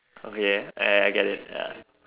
okay leh I get it ya